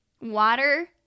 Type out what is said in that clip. water